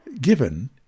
given